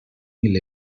mil